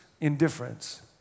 indifference